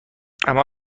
اما